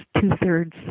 two-thirds